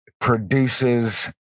produces